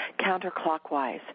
counterclockwise